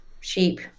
sheep